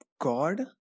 god